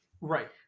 Right